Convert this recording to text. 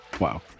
wow